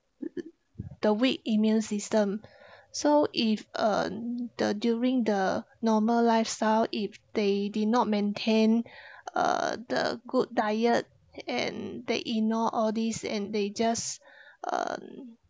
the weak immune system so if uh the during the normal lifestyle if they did not maintain uh the good diet and they ignore all these and they just um